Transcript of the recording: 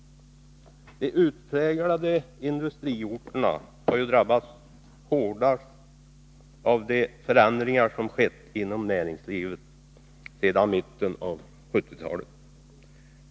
De utpräglade industriorterna har ju drabbats hårdast av de förändringar som skett inom näringslivet sedan mitten av 1970-talet.